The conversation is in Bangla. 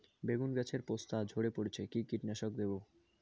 বেগুন গাছের পস্তা ঝরে পড়ছে কি কীটনাশক দেব?